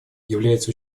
является